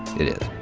it is.